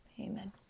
Amen